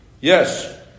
Yes